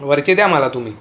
वरचे द्या मला तुम्ही